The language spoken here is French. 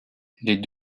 les